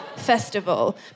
festival